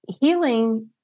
healing